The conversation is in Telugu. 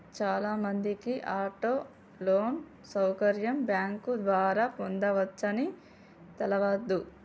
చాలామందికి ఆటో లోన్ సౌకర్యం బ్యాంకు ద్వారా పొందవచ్చని తెలవదు